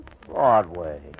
Broadway